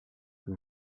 que